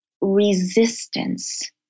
resistance